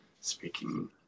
speaking